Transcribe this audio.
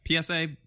PSA